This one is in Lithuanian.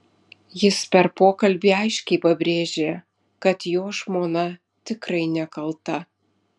jis per pokalbį aiškiai pabrėžė kad jo žmona tikrai nekalta